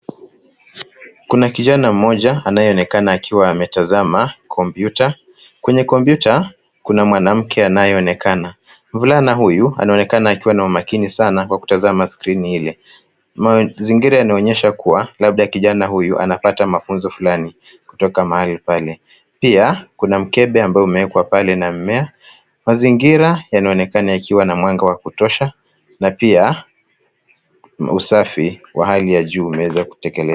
Kuna kijana mmoja anayeonekana akiwa ametazama kompyuta. Kwenye kompyuta, kuna mwanamke anayeoekana. Mvulana huyu ananonekana akiwa na umakini sana wa kutazama skrini ile. Mazingira yanaonyesha kuwa labda kijana huyu anapata mafunzo fulani kutoka mahali pale. Pia, kuna mkembe ambao umewekwa pale na mmea. Mazingira yanaonekana yakiwa na mwanga wa kutosha na pia usafi wa hali ya juu umeweza kutekele...